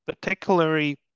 particularly